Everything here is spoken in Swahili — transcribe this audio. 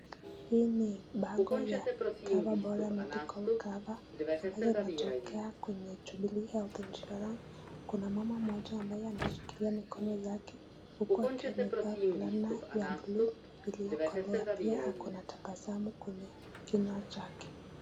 Hii ni bango ya Cover Medical Cover ambayo inatoka kwenyeJubilee Health Insurance . Kuna mama mmoja ambaye ameshikilia mikono yake huku akiwa amevaa fulana ya blue iliyokolea. Pia ako na tabasamu kwenye kinywa chake.